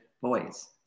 boys